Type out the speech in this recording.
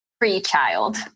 pre-child